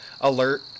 alert